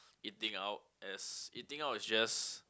eating out as eating out is just